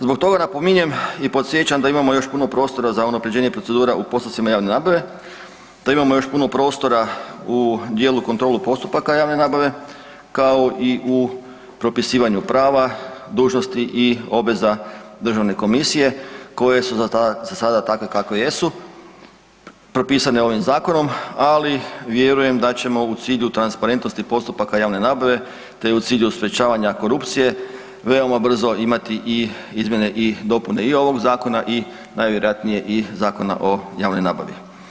Zbog toga napominjem i podsjećam da imamo još puno prostora za unaprjeđenje procedura u postupcima javne nabave, da imamo još puno prostora u dijelu kontrole postupaka javne nabave, kao i u propisivanju prava, dužnosti i obveza Državne komisije koje su zasada takve kakve jesu, propisane ovim zakonom, ali vjerujem da ćemo u cilju transparentnosti postupaka javne nabave te i cilju sprječavanja korupcije veoma brzo imati i izmjene i dopune i ovog zakona i najvjerojatnije Zakona o javnoj nabavi.